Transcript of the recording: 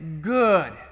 good